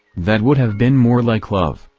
that would have been more like love,